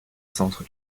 centre